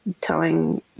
telling